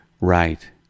Right